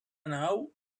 nau